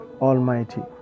Almighty